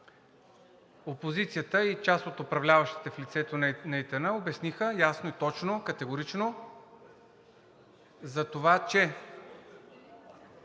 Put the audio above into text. Опозицията и част от управляващите в лицето на ИТН обясниха ясно, точно и категорично, че